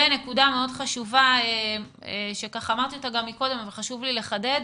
נקודה מאוד חשובה שאמרתי אותה גם מקודם אבל חשוב לי לחדד,